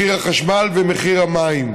מחיר החשמל ומחיר המים.